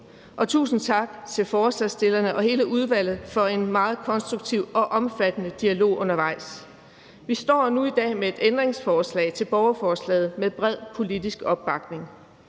Tusind tak til forslagsstillerne og hele udvalget for en meget konstruktiv og omfattende dialog undervejs. Vi står nu i dag med et ændringsforslag til borgerforslaget, som har bred politisk opbakning.